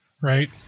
right